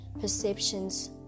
perceptions